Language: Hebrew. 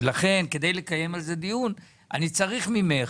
לכן כדי לקיים על זה דיון אני צריך ממך